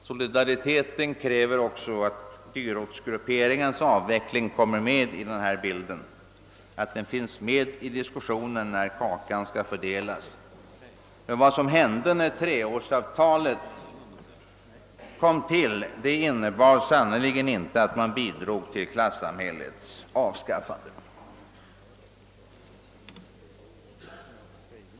Solidariteten kräver också att dyrortsgrupperingens avveckling kommer med i bilden, att den finns med i diskussionen när kakan skall delas. Vad som hände när treårsavtalet kom till innebar sannerligen inte att man bidrog till klassamhällets avskaffande!